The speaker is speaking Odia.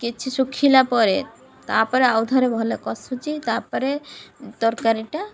କିଛି ଶୁଖିଲା ପରେ ତାପରେ ଆଉ ଧରେ ଭଲ କଷୁଛି ତାପରେ ତରକାରୀଟା